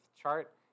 chart